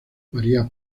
maría